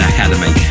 Academy